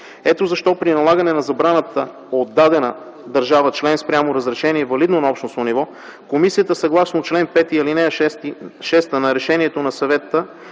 Ето защо при налагане на забрана от дадена държава-член спрямо разрешение, валидно на общностно ниво, Комисията, съгласно чл. 5, ал. 6 на Решението на Съвета